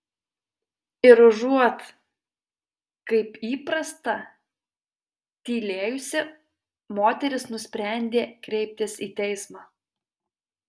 ir užuot kaip įprasta tylėjusi moteris nusprendė kreiptis į teismą